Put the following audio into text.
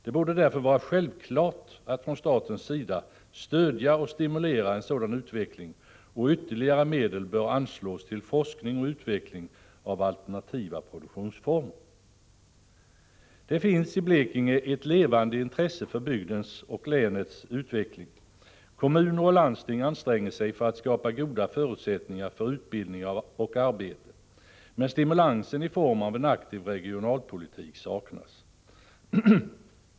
Det borde därför vara självklart att från statens sida stimulera en sådan utveckling. Ytterligare medel bör anslås till forskning och utveckling av alternativa produktionsformer. Det finns i Blekinge ett levande intresse för bygdens och länets utveckling. Kommuner och landsting anstränger sig för att skapa goda förutsättningar för utbildning och arbete, men stimulansen i form av en aktiv regionalpolitik saknas.